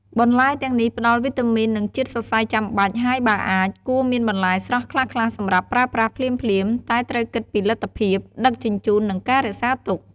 បន្លែទាំងនេះផ្តល់វីតាមីន និងជាតិសរសៃចាំបាច់ ហើយបើអាច គួរមានបន្លែស្រស់ខ្លះៗសម្រាប់ប្រើប្រាស់ភ្លាមៗ តែត្រូវគិតពីលទ្ធភាពដឹកជញ្ជូន និងការរក្សាទុក។